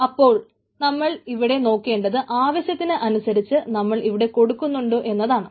നമ്മൾ അപ്പോൾ ഇവിടെ നോക്കേണ്ടത് ആവശ്യത്തിന് അനുസരിച്ച് നമ്മൾ ഇവിടെ കൊടുക്കുന്നുണ്ടോ എന്നാണ്